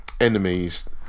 enemies